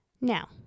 Now